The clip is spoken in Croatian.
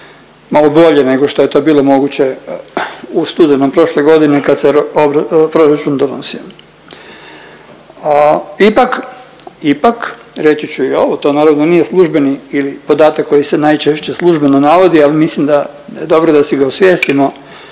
malo bolje nego što je to bilo moguće u studenom prošle godine kad se proračun donosio. Ipak, ipak reći ću i ovo, to naravno nije službeni ili podatak koji se najčešće službeno navodi, al mislim da je dobro da si ga osvijestimo,